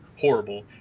horrible